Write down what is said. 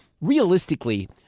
realistically